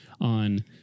on